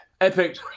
Epic